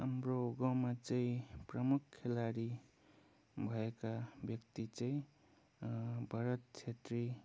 हाम्रो गाउँमा चाहिँ प्रमुख खेलाडी भएका व्यक्ति चाहिँ भरत छेत्री